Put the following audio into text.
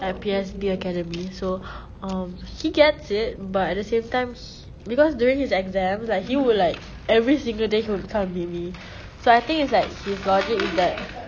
like P_S_B academy so um he gets it but at the same times h~ because during his exam like he would like every single day come meet me so I think it's like he got it like